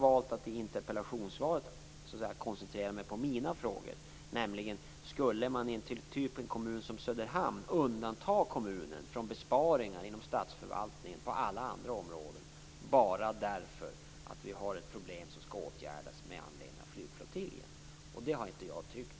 I interpellationssvaret har jag valt att koncentrera mig på mina frågor, nämligen om man, i en kommun som Söderhamn, skulle undanta kommunen från besparingar inom statsförvaltningen på alla andra områden bara därför att vi har ett problem som skall åtgärdas med anledning av flygflottiljen. Det har jag inte tyckt.